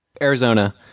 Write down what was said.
arizona